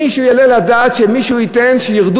מישהו יעלה על הדעת שמישהו ייתן שירדו